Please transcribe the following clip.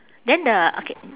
then the okay